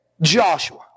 Joshua